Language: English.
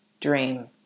dream